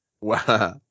Wow